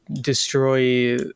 destroy